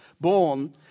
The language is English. born